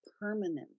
permanent